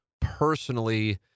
personally